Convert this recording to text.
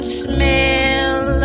smell